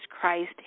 Christ